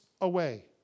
away